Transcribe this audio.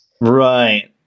Right